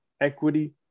equity